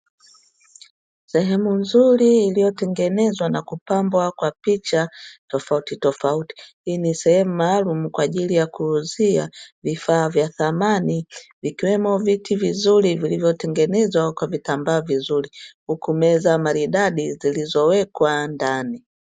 Sehemu nzuri iliyotengenezwa na kupambwa kwa picha tofauti tofauti. Hii ni sehemu maalumu kwa ajili ya kuuzia vifaa vya samani ikiwemo viti vizuri vilivyotengenezwa kwa vitambaa vizuri; huku meza maridadi zilizowekwa ndani.